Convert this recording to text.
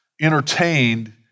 entertained